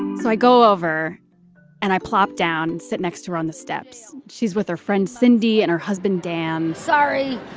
so i go over and i plop down and sit next to her on the steps. she's with her friend cindy and her husband, dan, sorry,